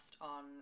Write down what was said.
on